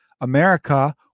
America